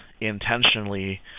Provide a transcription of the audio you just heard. intentionally